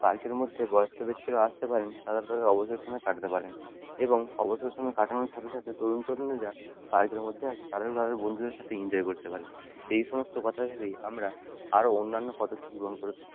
পার্কের মধ্যে বয়স্ক ব্যক্তিরাও আসতে পারেন তারা তাদের অবসর সময় কাটাতে পারেন এবং অবসর সময় কাটানোর সাথে সাথে তরুণ তরুণীরা পার্কের মধ্যে আসে তারাও তাদের বন্ধুদের সাথে ইনজয় করতে পারেন এই সমস্ত কথা ভেবেই আমরা আরও অন্যান্য পদ্ধতি গ্রহণ করে থাকি